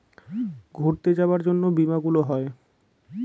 ঘুরতে যাবার জন্য বীমা গুলো হয়